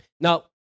Now